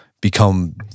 become